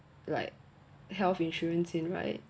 like health insurance in right